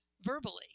verbally